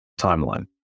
timeline